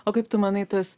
o kaip tu manai tas